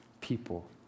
people